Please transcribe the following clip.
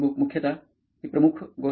मुख्यतः ही प्रमुख गोष्ट आहे